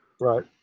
right